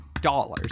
dollars